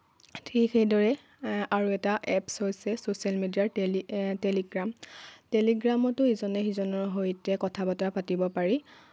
ঠিক সেইদৰে আৰু এটা এপছ হৈছে ছচিয়েল মিডিয়াৰ টেলি টেলিগ্ৰাম টেলিগ্ৰামতো ইজনে সিজনৰ সৈতে কথা বতৰা পাতিব পাৰি